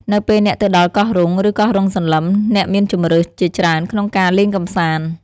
នៅពេលអ្នកទៅដល់កោះរ៉ុង ឬកោះរ៉ុងសន្លឹម អ្នកមានជម្រើសជាច្រើនក្នុងការលេងកម្សាន្ត។